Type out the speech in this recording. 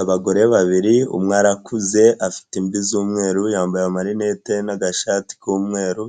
Abagore babiri, umwe arakuze afite imvi z'umweru, yambaye amalinete n'agashati k'umweru,